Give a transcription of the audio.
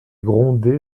grondé